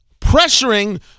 Pressuring